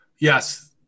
Yes